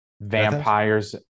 vampires